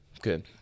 good